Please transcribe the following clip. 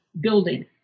building